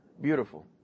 Beautiful